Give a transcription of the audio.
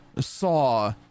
saw